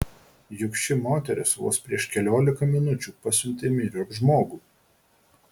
juk ši moteris vos prieš keliolika minučių pasiuntė myriop žmogų